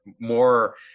more